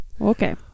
Okay